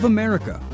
America